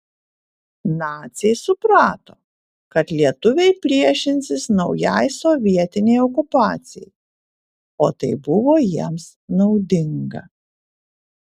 naciai suprato kad lietuviai priešinsis naujai sovietinei okupacijai o tai buvo jiems naudinga